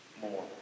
more